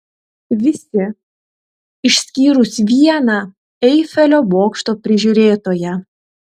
visi išskyrus vieną eifelio bokšto prižiūrėtoją